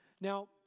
Now